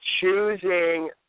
choosing